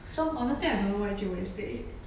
honestly I don't know where jun wei stay